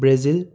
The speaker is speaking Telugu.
బ్రెజిల్